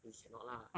he cannot lah